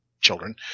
children